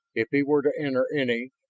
if he were to enter any,